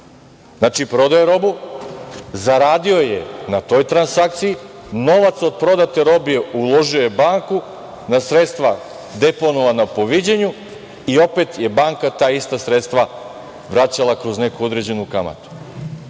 prodao je robu, zaradio je na toj transakciji, novac od prodate robe uložio je u banku na sredstva deponovana po viđenju i opet je banka ta ista sredstva vraćala kroz neku određenu kamatu.